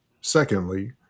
secondly